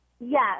Yes